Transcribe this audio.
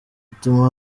utuma